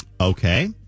Okay